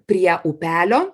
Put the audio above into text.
prie upelio